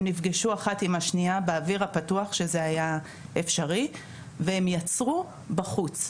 הם נפגשו אחת עם השניה באוויר הפתוח כשזה היה אפשרי והם יצרו בחוץ.